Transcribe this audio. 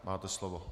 Máte slovo.